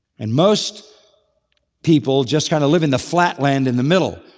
and most people just kind of live in the flatland in the middle.